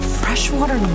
freshwater